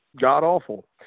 god-awful